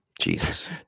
Jesus